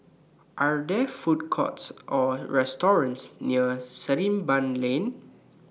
Are There Food Courts Or restaurants near Sarimbun Lane